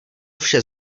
vše